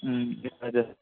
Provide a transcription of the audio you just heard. అదే